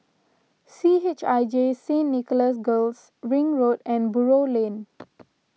C H I J Saint Nicholas Girls Ring Road and Buroh Lane